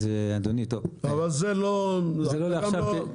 זה לא לעכשיו.